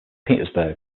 petersburg